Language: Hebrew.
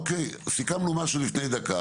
סיכמנו משהו לפני דקה.